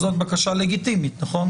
זאת בקשה לגיטימית, נכון?